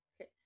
Okay